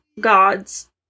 gods